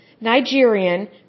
Nigerian